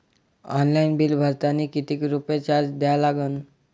Online bill भरतानी कितीक रुपये चार्ज द्या लागन?